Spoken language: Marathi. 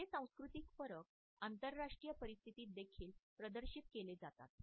हे सांस्कृतिक फरक आंतरराष्ट्रीय परिस्थितीत देखील प्रदर्शित केले जातात